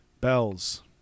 Bells